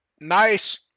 nice